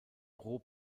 pro